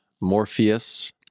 morpheus